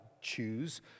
choose